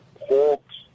Hawks